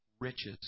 Riches